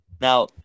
now